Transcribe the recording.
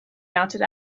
mounted